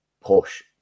push